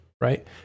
right